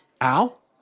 Al